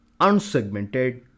unsegmented